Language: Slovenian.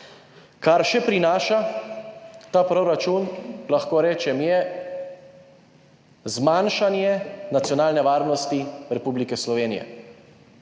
Kar še prinaša ta proračun, lahko rečem, je zmanjšanje nacionalne varnosti Republike Slovenije.